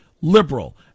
liberal